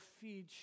feed